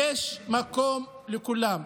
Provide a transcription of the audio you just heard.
יש מקום לכולם.